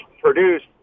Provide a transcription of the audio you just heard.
produced